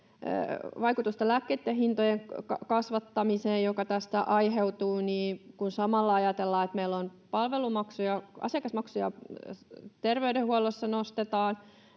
vaikutusta lääkkeitten hintojen kasvattamiseen, joka tästä aiheutuu, niin kun samalla ajatellaan, että meillä palvelumaksuja ja asiakasmaksuja terveydenhuollossa nostetaan,